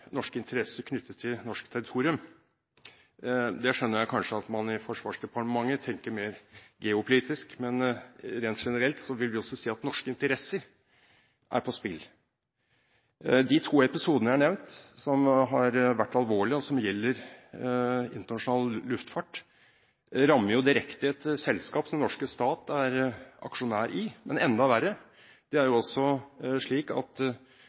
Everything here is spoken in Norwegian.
norske interesser knyttet til norsk territorium. Jeg skjønner at man i Forsvarsdepartementet kanskje tenker mer geopolitisk, men rent generelt vil vi også si at norske interesser er på spill. De to episodene jeg har nevnt, som har vært alvorlige, og som gjelder internasjonal luftfart, rammer direkte et selskap som den norske stat er aksjonær i. Men enda verre: Det er også slik at